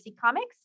Comics